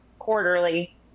quarterly